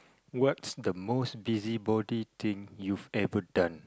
what's the most busy body thing you've ever done